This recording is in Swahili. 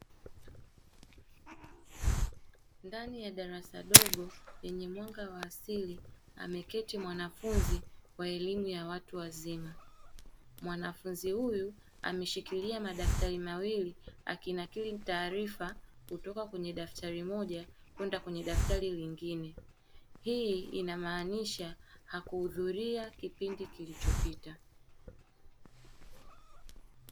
Ndani ya darasa dogo lenye mwanga wa asili ameketi mwanafunzi wa elimu ya watu wazima. Mwanafunzi huyu ameshikilia madaftari mawili akinakiri taarifa kutoka kwenye daftari moja kwenda kwenye daftari lingine. Hii inamaanisha hakuhudhuria kipindi kilichopita.